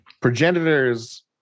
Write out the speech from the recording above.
Progenitors